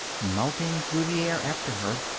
mounting through the air after her.